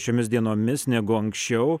šiomis dienomis negu anksčiau